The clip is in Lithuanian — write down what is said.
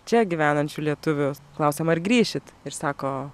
čia gyvenančių lietuvių klausiama ar grįšit ir sako